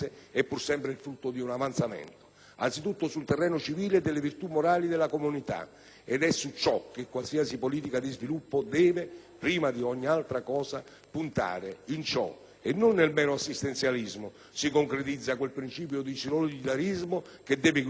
anzitutto sul terreno civile e delle virtù morali delle comunità, ed è su ciò che qualsiasi politica di sviluppo deve, prima di ogni altra cosa, puntare. In ciò, e non nel mero assistenzialismo, si concreta quel principio di solidarismo che deve guidare le politiche di sviluppo del Mezzogiorno.